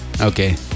Okay